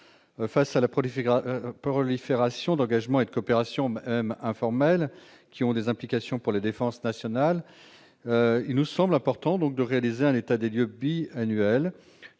Face à la prolifération d'engagements et de coopérations, même informels, qui ont des implications pour la défense nationale, il nous semble important de réaliser un état des lieux bisannuel